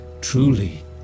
Truly